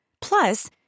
Plus